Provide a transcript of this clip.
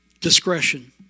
Discretion